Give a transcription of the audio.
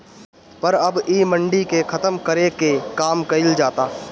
पर अब इ मंडी के खतम करे के काम कइल जाता